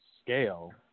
scale